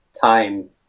time